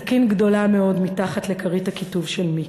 סכין גדולה מאוד מתחת לכרית הכיתוב של מיקי.